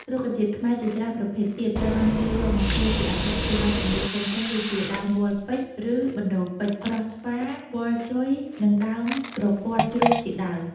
រុក្ខជាតិខ្មែរជាច្រើនប្រភេទទៀត ត្រូវបានគេយកមកធ្វើជាឱសថព្យាបាលជំងឺផ្សេងៗដូចជាដើមវល្លិ៍ពេជ្រ ឬបណ្តូលពេជ្រ ប្រស់ស្វា វល្លិ៍ជុយ និងដើមក្រពាត់ជ្រូកជាដើម។